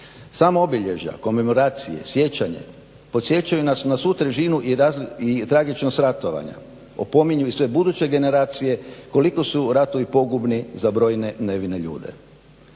Samo obilježja, komemoracije, sjećanje podsjećaju nas na svu težinu i tragičnost ratovanja, opominju i sve buduće generacije koliko su ratovi pogubni za brojne nevine ljude.